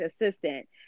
assistant